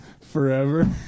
Forever